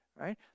right